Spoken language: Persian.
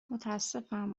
متاسفم